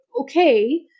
okay